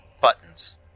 Buttons